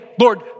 Lord